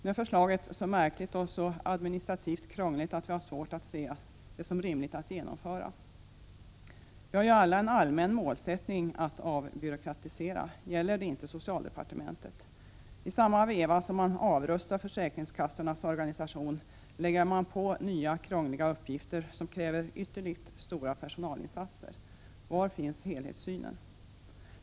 Nu är förslaget så märkligt och så administrativt krångligt att vi har svårt att se det som rimligt att genomföra detsamma. Vi har ju alla en allmän målsättning att avbyråkratisera. Gäller det inte socialdepartementet? I samma veva som man avrustar försäkringskassornas organisation lägger man på nya krångliga uppgifter, som kräver ytterligt stora personalinsatser. Var finns helhetssynen?